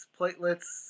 platelets